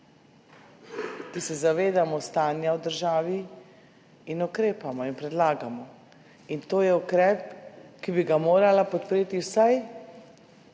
ki se zavedamo stanja v državi in ukrepamo in predlagamo. To je ukrep, ki bi ga morala podpreti vsaj